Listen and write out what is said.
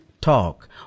talk